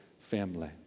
family